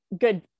good